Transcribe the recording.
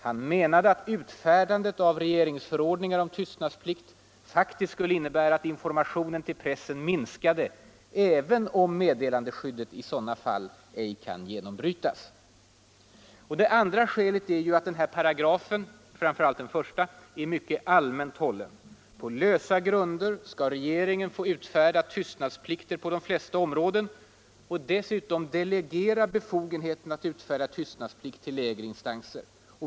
Han menade, att utfärdandet av regeringsförordningar om tystnadsplikt faktiskt skulle innebära att informationen till pressen minskade även om meddelarskyddet i sådana fall ej kan genombrytas.” Det andra skälet är att den här lagen, framför allt den första paragrafen, är mycket allmänt hållen. På lösa grunder skall regeringen få utfärda tystnadsplikter på de flesta områden och dessutom till lägre instanser få delegera befogenheten att utfärda tystnadsplikt.